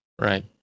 Right